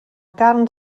carn